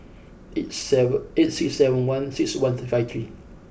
eight seven eight six seven one six one five three